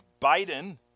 Biden